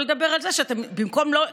כמו תלמיד טוב,